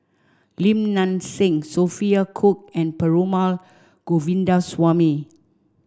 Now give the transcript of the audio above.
Lim Nang Seng Sophia Cooke and Perumal Govindaswamy